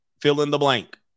fill-in-the-blank